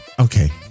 Okay